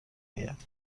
اید